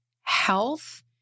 health